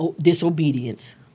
disobedience